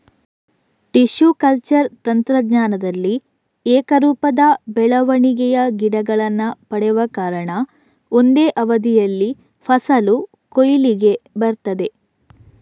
tissue culture ತಂತ್ರಜ್ಞಾನದಲ್ಲಿ ಏಕರೂಪದ ಬೆಳವಣಿಗೆಯ ಗಿಡಗಳನ್ನ ಪಡೆವ ಕಾರಣ ಒಂದೇ ಅವಧಿಯಲ್ಲಿ ಫಸಲು ಕೊಯ್ಲಿಗೆ ಬರ್ತದೆ